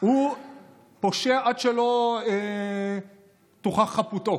הוא פושע עד שלא תוכח חפותו,